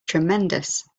tremendous